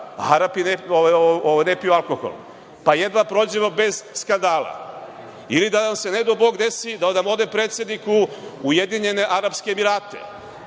Arapi ne piju alkohol, pa jedva prođemo bez skandala. Ili, da nam se, ne dao Bog, desi da nam ode predsednik u Ujedinjene Arapske Emirate,